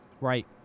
Right